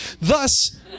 Thus